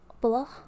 Blah